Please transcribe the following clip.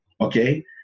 okay